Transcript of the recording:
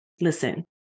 Listen